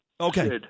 Okay